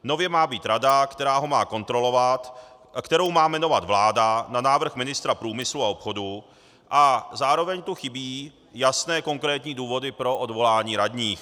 Nově má být rada, která ho má kontrolovat, kterou má jmenovat vláda na návrh ministra průmyslu a obchodu, a zároveň tu chybí jasné konkrétní důvody pro odvolání radních.